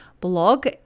blog